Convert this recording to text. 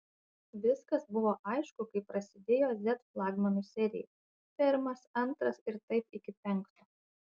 viskas buvo aišku kai prasidėjo z flagmanų serija pirmas antras ir taip iki penkto